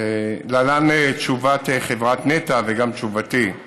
להלן תשובת חברת נת"ע וגם תשובתי: